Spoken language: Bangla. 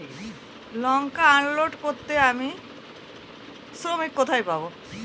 লঙ্কা আনলোড করতে আমি শ্রমিক কোথায় পাবো?